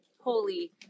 holy